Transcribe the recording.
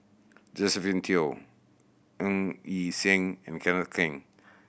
Josephine Teo Ng Yi Sheng and Kenneth Keng